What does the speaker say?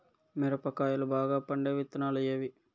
మిరప కాయలు బాగా పండే విత్తనాలు ఏవి